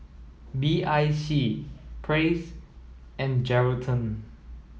B I C Praise and Geraldton